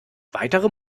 weitere